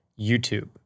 YouTube